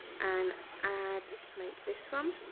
and add to make this one